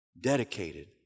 dedicated